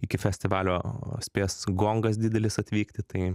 iki festivalio spės gongas didelis atvykti tai